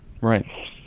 Right